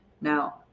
Now